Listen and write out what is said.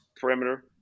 perimeter